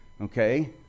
okay